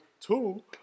Two